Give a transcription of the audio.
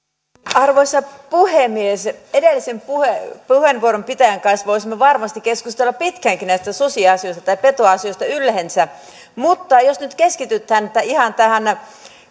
arvoisa puhemies edellisen puheenvuoron pitäjän kanssa voisimme varmasti keskustella pitkäänkin näistä susiasioista tai petoasioista yleensä mutta jos nyt keskitytään ihan tähän